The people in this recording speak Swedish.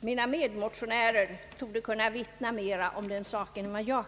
Mina medmotionärer torde kunna vittna mera om den saken än jag.